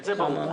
זה ברור.